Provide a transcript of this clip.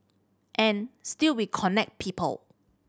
and still we connect people